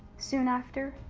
soon after,